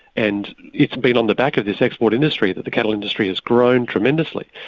and it's been on the back of this export industry that the cattle industry has grown tremendously,